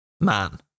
man